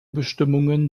bestimmungen